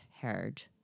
heard